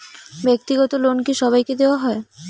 ব্যাক্তিগত লোন কি সবাইকে দেওয়া হয়?